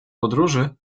podróży